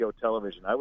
television